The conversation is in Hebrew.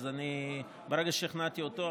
אז ברגע ששכנעתי אותו,